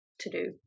to-do